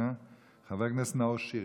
חבר הכנסת נאור שירי, בבקשה.